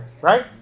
right